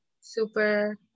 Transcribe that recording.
super